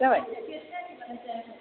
जाबाय